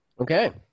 Okay